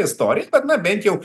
istorija bet na bent jau